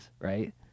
right